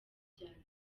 byagenze